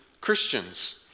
Christians